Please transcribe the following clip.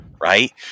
right